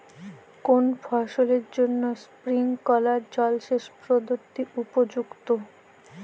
কোন ফসলের জন্য স্প্রিংকলার জলসেচ পদ্ধতি উপযুক্ত?